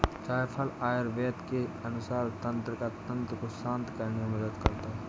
जायफल आयुर्वेद के अनुसार तंत्रिका तंत्र को शांत करने में मदद करता है